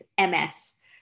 MS